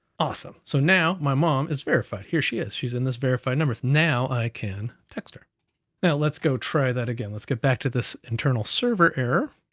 awesome, so now my mom is verified. here she is. she's in this verified numbers. now i can text her now let's go try that again. let's get back to this internal server error,